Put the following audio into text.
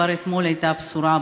וכבר אתמול הייתה בשורה,